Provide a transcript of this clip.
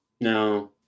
No